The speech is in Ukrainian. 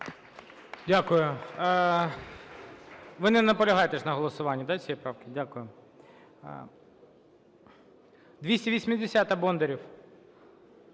Дякую. Ви не наполягаєте на голосуванні цієї правки? Дякую. 280-а, Бондарєв.